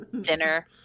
dinner